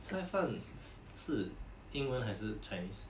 菜饭是英文还是 chinese